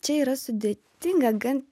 čia yra sudėtinga gan